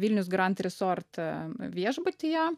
vilnius grand resort viešbutyje